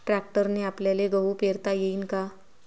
ट्रॅक्टरने आपल्याले गहू पेरता येईन का?